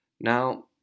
Now